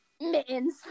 Mittens